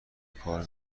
کار